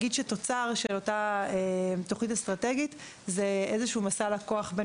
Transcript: תוצר של אותה תוכנית אסטרטגית זה מסע בין